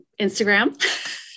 Instagram